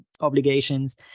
obligations